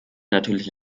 natürlich